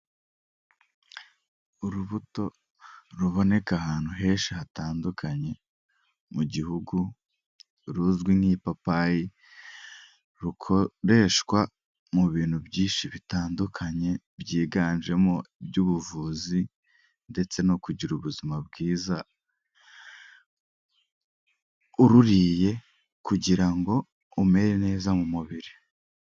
Urubuto ruboneka ahantu henshi hatandukanye, mu gihugu ruzwi nk'ipapayi, rukoreshwa mu bintu byinshi bitandukanye byiganjemo, iby'ubuvuzi ndetse no kugira ubuzima bwiza ururiye kugira ngo umere neza mu mubiri.